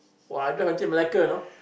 !wah! I drive until Melaka you know